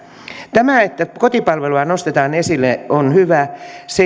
tämä että kotipalvelua nostetaan esille on hyvä